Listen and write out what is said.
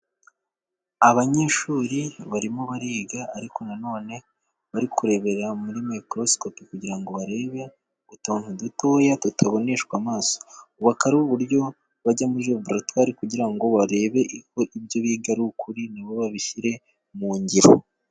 Abanyeshuri barimo bariga ariko na none bari kurebera muri mikorosikopi kugira ngo barebe utuntu dutoya tutaboneshwa amaso. Ubu akaba ari uburyo bajya muri laboratware kugira ngo barebe uko ibyo biga ari ukuri na bo babishyire mu ngiro.